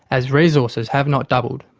as resources have not doubled.